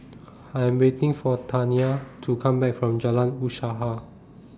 I Am waiting For Taniyah to Come Back from Jalan Usaha